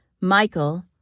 Michael